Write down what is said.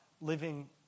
living